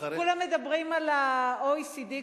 כולם מדברים על ה-OECD.